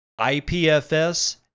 IPFS